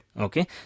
Okay